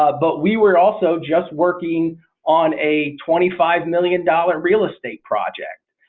ah but we were also just working on a twenty-five million dollar real estate project.